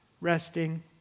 resting